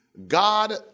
God